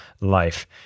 life